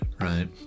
right